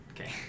Okay